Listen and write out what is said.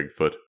Bigfoot